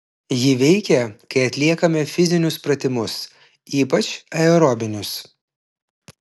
ji veikia kai atliekame fizinius pratimus ypač aerobinius